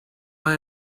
man